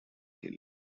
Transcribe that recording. hill